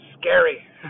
scary